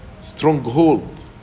stronghold